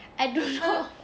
I don't know